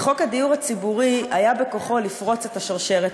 וחוק הדיור הציבורי היה בכוחו לפרוץ את השרשרת